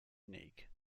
unique